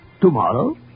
Tomorrow